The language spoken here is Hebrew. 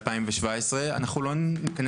גם אשוחח על זה עם השרה.